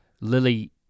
Lily